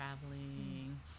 traveling